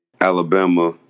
Alabama